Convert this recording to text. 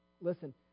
Listen